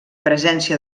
presència